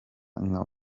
nka